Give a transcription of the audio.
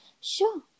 Sure